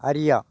அறியா